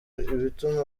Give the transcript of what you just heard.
ibituma